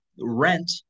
rent